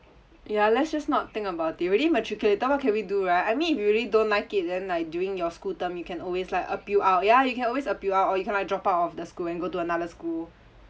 ya let's just not think about it you already matriculated what can we do right I mean if you really don't like it then like during your school term you can always like appeal out ya you can always appeal out or you can like drop out of the school and go to another school